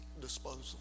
disposal